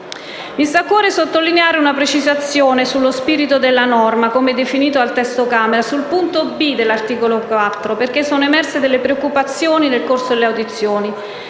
Mi sta a cuore sottolineare una precisazione sullo spirito della norma, come definito dal testo approvato dalla Camera, sul punto *b)* dell'articolo 4, perché sono emerse delle preoccupazioni nel corso delle audizioni.